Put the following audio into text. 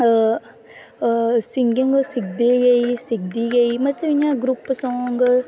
singing सिखदी गेई सिखदी गेई मतलव इयां ग्रुप सांग